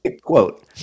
Quote